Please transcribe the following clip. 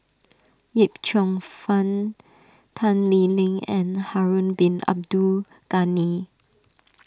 Yip Cheong Fun Tan Lee Leng and Harun Bin Abdul Ghani